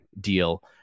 deal